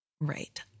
Right